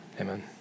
amen